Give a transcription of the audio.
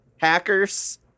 Hackers